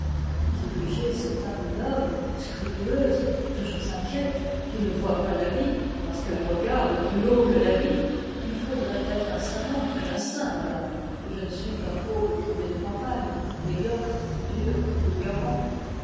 diriger cette âme noble scrupuleuse toujours inquiète qui ne voit pas la vie parce qu'elle regarde plus haut que la vie il faudrait être un savant et un saint madame et je ne suis qu'un pauvre curé de campagne